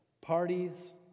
parties